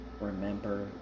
remember